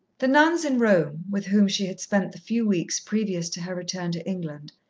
the nuns in rome, with whom she had spent the few weeks previous to her return to england,